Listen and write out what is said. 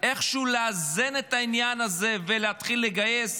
לאזן איכשהו את העניין הזה ולהתחיל לגייס